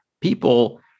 People